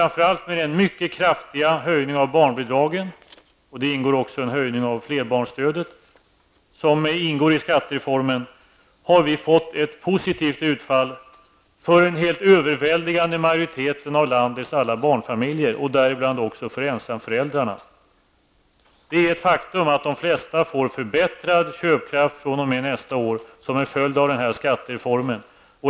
Med den mycket kraftiga höjning av barnbidraget och en höjning av flerbarnsstödet som ingår i skattereformen har vi fått ett positivt utfall för en helt överväldigande majoritet av landets barnfamiljer, däribland också ensamföräldrarna. Det är ett faktum att de flesta får förbättrad köpkraft fr.o.m. nästa år som en följd av skattereformen.